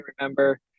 remember